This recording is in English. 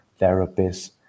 therapists